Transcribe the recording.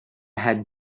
had